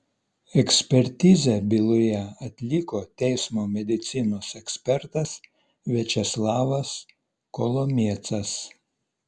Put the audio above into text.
ekspertizę byloje atliko teismo medicinos ekspertas viačeslavas kolomiecas